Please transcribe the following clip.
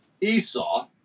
Esau